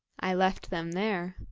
i left them there.